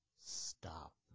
Stop